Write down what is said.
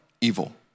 evil